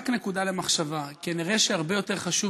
רק נקודה למחשבה: כנראה הרבה יותר חשוב